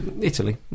Italy